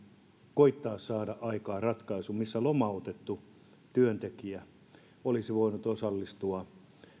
koettaa saada aikaan ratkaisu missä lomautettu työntekijä olisi voinut osallistua